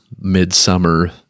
midsummer